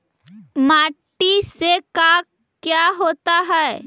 माटी से का क्या होता है?